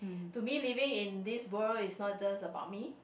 to me living in this world is not just about me